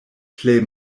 plej